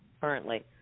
currently